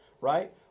right